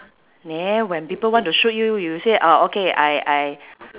neh when people want to shoot you you say orh okay I I